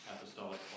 apostolic